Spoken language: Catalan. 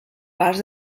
pas